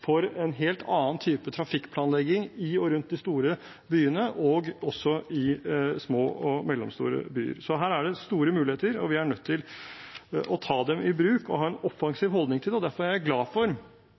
for en helt annen type trafikkplanlegging i og rundt de store byene og også i små og mellomstore byer. Her er det store muligheter, og vi er nødt til å ta dem i bruk og ha en